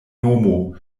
nomo